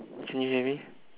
can you hear me